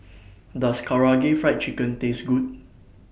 Does Karaage Fried Chicken Taste Good